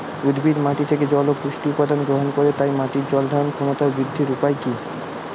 উদ্ভিদ মাটি থেকে জল ও পুষ্টি উপাদান গ্রহণ করে তাই মাটির জল ধারণ ক্ষমতার বৃদ্ধির উপায় কী?